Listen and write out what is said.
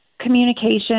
Communication